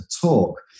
talk